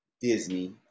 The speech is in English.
Disney